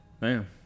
Man